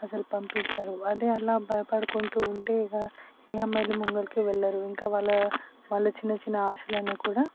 అసలు పంపించరు అదే అలా భయపడకుంటూ ఉంటే ఇక ఇక అమ్మాయిలు ముంగలకి వెళ్ళరు ఇంకా వాళ్ళ వాళ్ళ చిన్న చిన్న ఆశలన్నీ కూడా